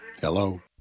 Hello